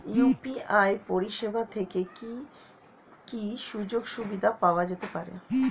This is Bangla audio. ইউ.পি.আই পরিষেবা থেকে কি কি সুযোগ সুবিধা পাওয়া যেতে পারে?